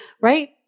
Right